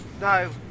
no